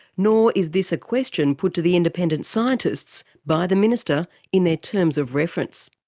nor is this a question put to the independent scientists by the minister in their terms of reference.